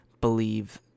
believe